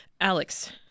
Alex